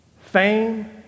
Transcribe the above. fame